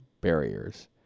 barriers